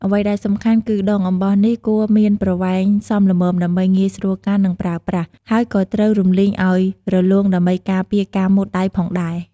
អ្វីដែលសំខាន់គឺ ដងអំបោសនេះគួរមានប្រវែងសមល្មមដើម្បីងាយស្រួលកាន់ និងប្រើប្រាស់ ហើយក៏ត្រូវរំលីងឲ្យរលោងដើម្បីការពារការមុតដៃផងដែរ។